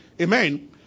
Amen